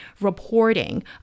reporting